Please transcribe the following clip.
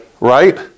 Right